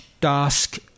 dusk